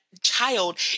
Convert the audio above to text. child